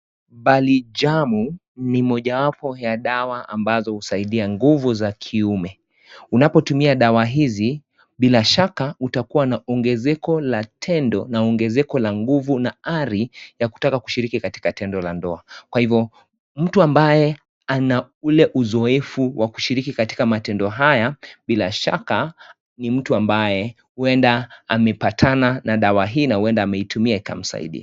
Balijaam ni moja wapo ya dawa ambazo husaidia nguvu za kiume. Unapotumia dawa hizi, bila shaka, utakuwa na ongezeko la tendo na ongezeko la nguvu na ari ya kutaka kushiriki katika tendo la ndoa. Kwa hivo, mtu ambaye ana ule uzoefu wa kushiriki katika matendo haya, bila shaka, ni mtu ambaye huenda amepatana na dawa hii na huenda ametumia ikamsaidia.